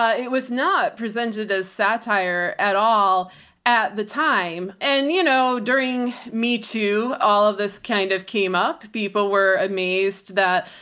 ah it was not presented as satire at all at the time. and you know, during me too, all of this kind of came up, people were amazed that,